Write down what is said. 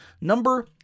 Number